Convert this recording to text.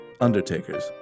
Undertakers